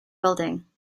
building